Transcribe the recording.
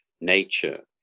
nature